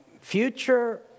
future